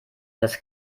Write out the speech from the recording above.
das